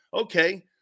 okay